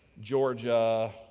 Georgia